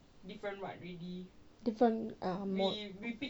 different uh mod